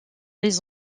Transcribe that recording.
les